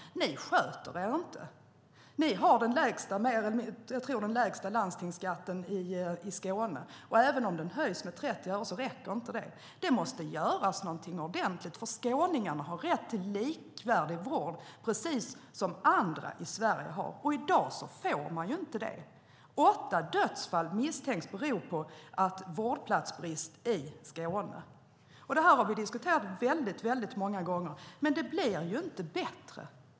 Ni sköter er inte. Ni har vad jag tror är den lägsta landstingsskatten i Skåne, och det räcker inte även om den skulle höjas med 30 öre. Något ordentligt måste göras. Skåningarna har rätt till likvärdig vård, precis som andra i Sverige har. I dag får de inte det. Åtta dödsfall misstänks bero på vårdplatsbrist i Skåne. Vi har diskuterat detta många gånger, men det blir inte bättre.